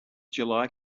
july